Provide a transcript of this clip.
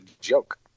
joke